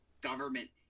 government